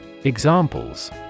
Examples